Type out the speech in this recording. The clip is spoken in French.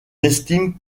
estime